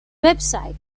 website